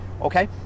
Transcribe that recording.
Okay